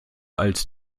als